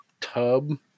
tub